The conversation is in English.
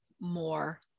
more